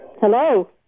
Hello